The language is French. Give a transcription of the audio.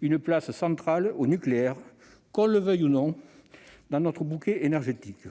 une place centrale au nucléaire, qu'on le veuille ou non, dans notre bouquet énergétique.